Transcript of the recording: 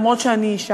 אומנם אני אישה,